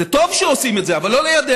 זה טוב שעושים את זה, אבל לא לידינו.